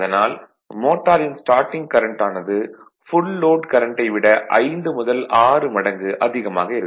அதனால் மோட்டாரின் starting current ஆனது ஃபுல் லோட் கரண்ட்டை விட 5 முதல் 6 மடங்கு அதிகமாக இருக்கும்